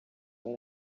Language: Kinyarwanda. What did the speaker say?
hari